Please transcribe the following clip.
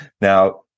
Now